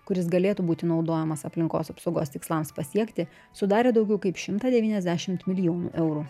kuris galėtų būti naudojamas aplinkos apsaugos tikslams pasiekti sudarė daugiau kaip šimtą devyniasdešimt milijonų eurų